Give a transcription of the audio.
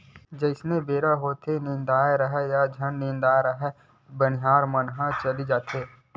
जइसने बेरा होथेये निदाए राहय या झन निदाय राहय बनिहार मन ह चली देथे